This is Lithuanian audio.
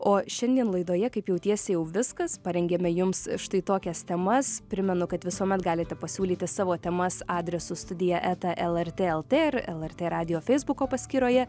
o šiandien laidoje kaip jautiesi jau viskas parengėme jums štai tokias temas primenu kad visuomet galite pasiūlyti savo temas adresu studija eta lrt lt ir lrt radijo feisbuko paskyroje